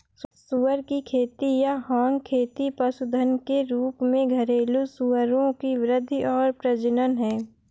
सुअर की खेती या हॉग खेती पशुधन के रूप में घरेलू सूअरों की वृद्धि और प्रजनन है